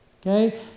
Okay